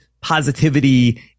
positivity